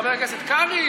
חבר הכנסת קרעי,